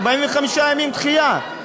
45 ימים דחייה, למה?